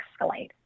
escalate